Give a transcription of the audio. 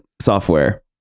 software